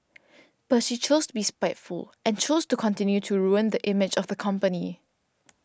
but she chose to be spiteful and chose to continue to ruin the image of the company